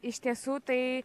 iš tiesų tai